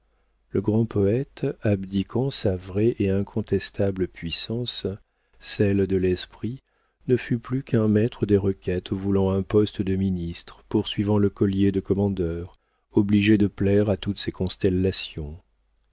le grand poëte abdiquant sa vraie et incontestable puissance celle de l'esprit ne fut plus qu'un maître des requêtes voulant un poste de ministre poursuivant le collier de commandeur obligé de plaire à toutes ces constellations